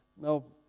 Now